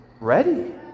ready